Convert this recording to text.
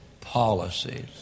policies